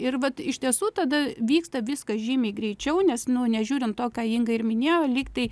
ir vat iš tiesų tada vyksta viskas žymiai greičiau nes nu nežiūrint to ką inga ir minėjo lyg tai